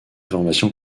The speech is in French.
formation